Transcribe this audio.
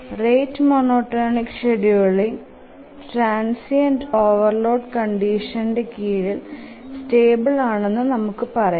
rate monotonic scheduling transient overload conditions കീഴിൽ stable ആണെന്ന് നമുക്ക് പറയാം